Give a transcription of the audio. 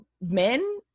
men